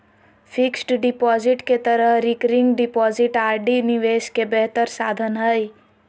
fixed deposit के तरह recurring deposit RD निवेश के बेहतर साधन हइ